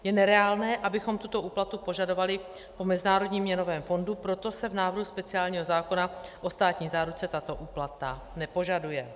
Je nereálné, abychom tuto úplatu požadovali po Mezinárodním měnovém fondu, proto se v návrhu speciálního zákona o státní záruce tato úplata nepožaduje.